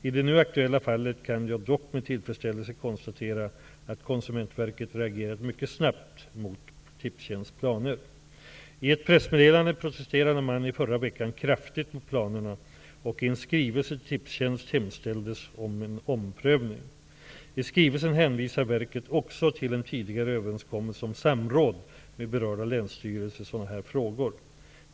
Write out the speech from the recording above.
I det nu aktuella fallet kan jag dock med tillfredsställelse konstatera att Konsumentverket reagerat mycket snabbt mot Tipstjänsts planer. I ett pressmeddelande protesterade man i förra veckan kraftigt mot planerna och i en skrivelse till skrivelsen hänvisar verket också till en tidigare överenskommelse om samråd med berörda länsstyrelser i sådana här frågor.